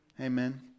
Amen